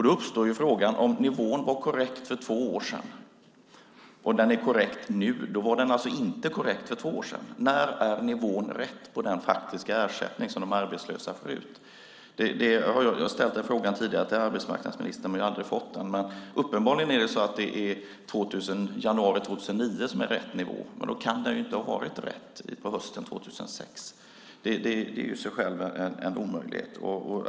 Då uppstår frågan om nivån var korrekt för två år sedan. Om den är korrekt nu var den alltså inte korrekt för två år sedan. När är nivån riktig på den faktiska ersättning som de arbetslösa får ut? Jag har ställt frågan tidigare till arbetsmarknadsministern, men jag har aldrig fått svar. Uppenbarligen är det nivån i januari 2009 som är rätt nivå, men då kan den inte ha varit riktig hösten 2006. Det är i sig själv en omöjlighet.